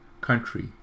country